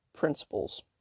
principles